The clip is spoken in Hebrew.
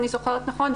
אם אני זוכרת נכון,